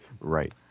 Right